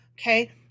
Okay